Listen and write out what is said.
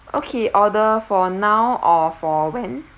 okay order for now or for when